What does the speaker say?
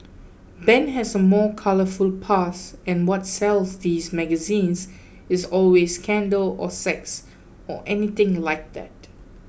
Ben has a more colourful past and what sells these magazines is always scandal or sex or anything like that